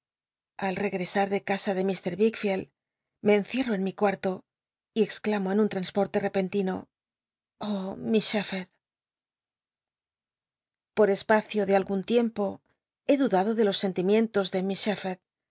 al regresar de if wickficld me encierro en mi cum'lo y exclamó en un transporte epenlino oh mich por espacio de algun tiem o be dudado de los sentimientos de miss